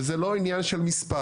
וזה לא עניין של מספר.